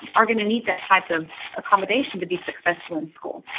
are going to need that type of accommodation to be successful in school.